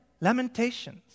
Lamentations